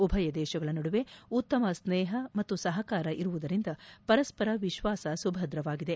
ಉಭಯ ದೇಶಗಳ ನಡುವೆ ಉತ್ತಮ ಸ್ನೇಪ ಮತ್ತು ಸಹಕಾರ ಇರುವುದರಿಂದ ಪರಸ್ಪರ ವಿಶ್ವಾಸ ಸುಭದ್ರವಾಗಿದೆ